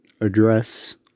address